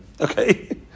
Okay